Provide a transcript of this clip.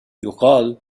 يُقال